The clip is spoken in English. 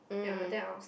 ya then I will